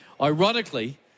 Ironically